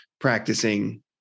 practicing